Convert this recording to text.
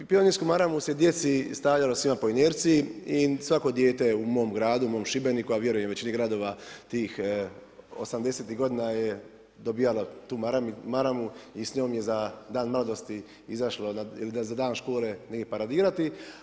Pionirsku maramu se djeci stavljali svima po inerciji i svako dijete je u mom gradu, u mom Šibeniku a vjerujem i u većini gradova tih '80.-ih godina je dobivalo tu maramu i s njom je za Dan mladosti izašlo ili za dan škole negdje paradirati.